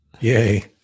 Yay